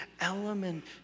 element